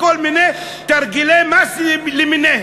בכל מיני תרגילי מס למיניהם.